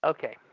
Okay